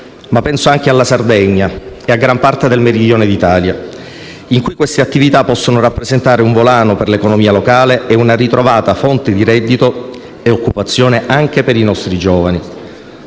penso anche alla Sardegna e a gran parte del Meridione d'Italia, in cui queste attività possono rappresentare un volano per l'economia locale e una ritrovata fonte di reddito e occupazione anche per i nostri giovani.